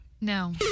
no